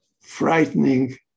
frightening